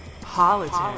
Politics